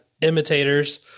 imitators